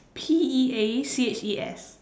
P E A C H E S